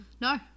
No